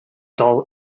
dull